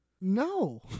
No